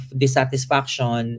dissatisfaction